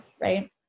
right